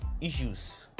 issues